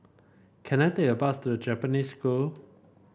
can I take a bus to Japanese School